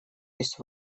есть